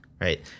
Right